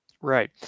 Right